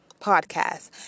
podcast